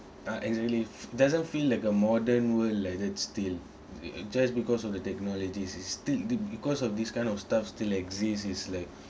uh exactly doesn't feel like a modern world like that still just because of the technologies is still the because of this kind of stuff still exist is like